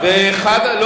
לא,